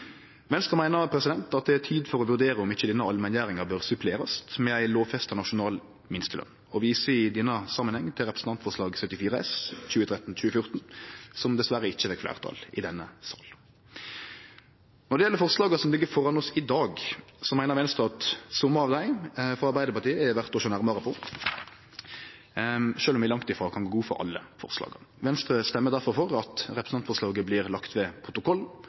Venstre meiner at det er tid for å vurdere om ikkje denne allmenngjeringa bør supplerast med ei lovfesta nasjonal minsteløn, og viser i denne samanhengen til representantforslag 74 S for 2013–2014, som dessverre ikkje fekk fleirtal i denne sal. Når det gjeld forslaga som ligg framfor oss i dag, meiner Venstre at somme av dei frå Arbeidarpartiet er verdt å sjå nærmare på, sjølv om vi langt ifrå kan gå god for alle forslaga. Venstre stemmer difor for at representantforslaget blir lagt ved